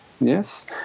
yes